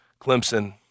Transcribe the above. Clemson